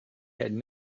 had